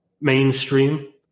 mainstream